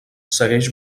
segueix